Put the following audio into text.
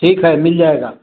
ठीक है मिल जाएगा